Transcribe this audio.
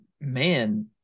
man